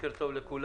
בוקר טוב לכולם,